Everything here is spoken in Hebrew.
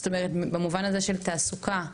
במובן הזה של תעסוקה,